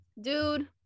dude